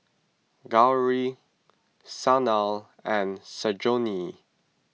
Gauri Sanal and